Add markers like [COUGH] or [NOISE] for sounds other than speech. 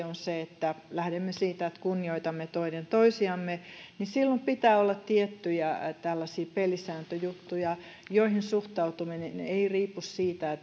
[UNINTELLIGIBLE] on se että lähdemme siitä että kunnioitamme toinen toisiamme niin silloin pitää olla tiettyjä pelisääntöjuttuja joihin suhtautuminen ei riipu siitä [UNINTELLIGIBLE]